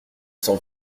cent